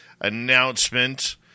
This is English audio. announcement